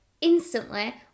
instantly